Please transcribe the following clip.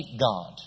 God